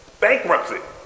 bankruptcy